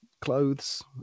clothes